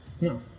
no